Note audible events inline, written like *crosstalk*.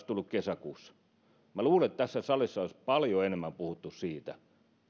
*unintelligible* tullut kesäkuussa niin minä luulen että tässä salissa olisi paljon enemmän puhuttu siitä